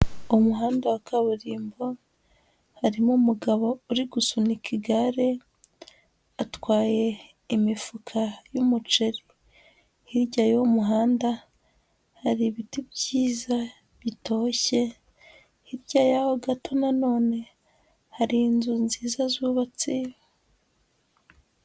Umuhanda wa kaburimbo, harimo umugabo uri gusunika igare, atwaye imifuka y'umuceri, hirya y'uwo muhanda hari ibiti byiza bitoshye, hirya yaho gato na none hari inzu nziza zubatse.